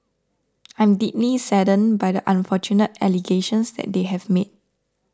I am deeply saddened by the unfortunate allegations that they have made